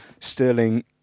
Sterling